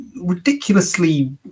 ridiculously